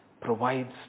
provides